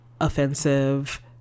offensive